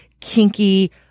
kinky